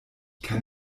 kann